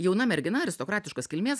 jauna mergina aristokratiškos kilmės